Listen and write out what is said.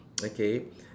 okay